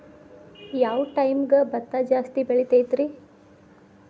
ಯಾವ ಟೈಮ್ಗೆ ಭತ್ತ ಜಾಸ್ತಿ ಬೆಳಿತೈತ್ರೇ?